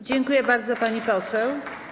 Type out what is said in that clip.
Dziękuję bardzo, pani poseł.